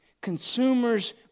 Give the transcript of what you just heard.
Consumers